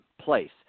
place